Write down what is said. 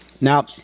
Now